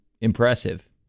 impressive